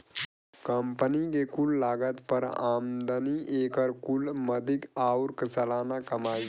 company के कुल लागत पर आमदनी, एकर कुल मदिक आउर सालाना कमाई